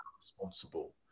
responsible